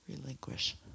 relinquish